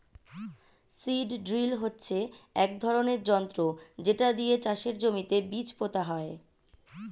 seed drill হচ্ছে এক ধরনের যন্ত্র যেটা দিয়ে চাষের জমিতে বীজ পোতা হয়